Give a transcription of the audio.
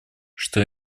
что